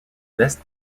l’est